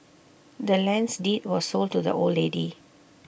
the land's deed was sold to the old lady